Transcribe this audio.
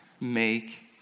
make